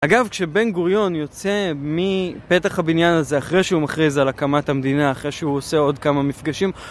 אגב, כשבן גוריון יוצא מפתח הבניין הזה, אחרי שהוא מכריז על הקמת המדינה, אחרי שהוא עושה עוד כמה מפגשים...